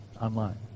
online